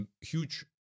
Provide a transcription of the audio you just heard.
huge